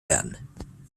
werden